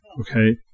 Okay